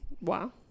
Wow